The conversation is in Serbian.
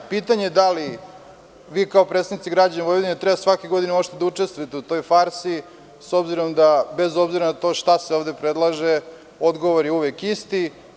Pitanje je da li vi kao predstavnici građana Vojvodine treba svake godine uopšte da učestvuje u toj farsi, s obzirom da, bez obzira na to šta se ovde predlaže, odgovor je uvek isti.